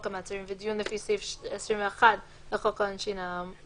המעצרים ודיון לפי סעיף 21 לחוק האמור,